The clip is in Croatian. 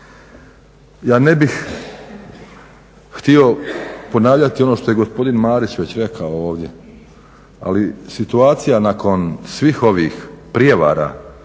Ja ne bih htio ponavljati ono što je gospodin Marić rekao već ovdje, ali situacija nakon svih ovih prijevara